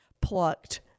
plucked